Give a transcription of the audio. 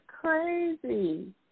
crazy